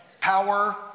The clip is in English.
Power